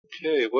Okay